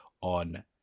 on